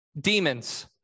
demons